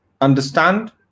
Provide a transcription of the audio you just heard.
understand